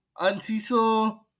Antiso